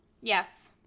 yes